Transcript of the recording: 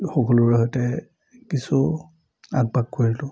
সকলোৰে সৈতে কিছু আঁক বাক কৰিলোঁ